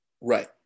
Right